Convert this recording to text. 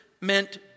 meant